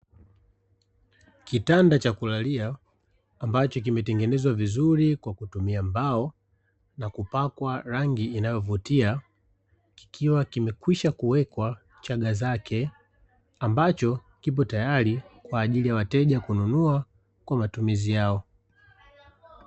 Kitanda cha kulalia ambacho kimetengenezwa vizuri kwa kutumia mbao na kupakwa rangi inayo vutia kikiwa kimekwisha kuwekwa chaga zake, ambacho kipo tayari kwa ajili wateja kununua kwa matumizi yao.